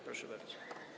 Proszę bardzo.